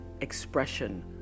expression